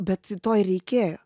bet to ir reikėjo